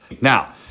Now